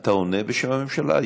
אתה עונה בשם הממשלה?